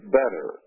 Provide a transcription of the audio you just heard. better